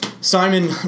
Simon